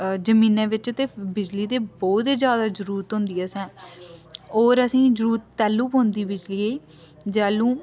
ज़मीनै बिच्च ते बिजली दी बोह्त ज्यादा जरूरत होंदी असें होर असेंगी जरूरत तैह्लू पौंदी बिजलियै दी जैह्लूं